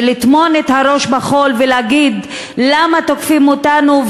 ולטמון את הראש בחול ולהגיד: למה תוקפים אותנו,